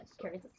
carries